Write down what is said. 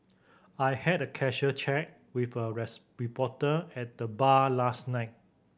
I had a casual chat with a rest reporter at the bar last night